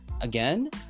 again